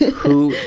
who,